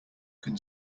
can